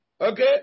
Okay